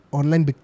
online